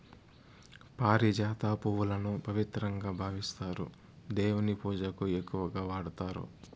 పారిజాత పువ్వులను పవిత్రంగా భావిస్తారు, దేవుని పూజకు ఎక్కువగా వాడతారు